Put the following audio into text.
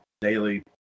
daily